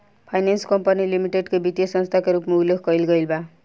finance company limited के वित्तीय संस्था के रूप में उल्लेख कईल गईल बा